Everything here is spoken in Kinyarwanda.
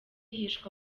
hishwe